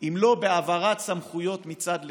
אם לא בהעברת סמכויות מצד לצד,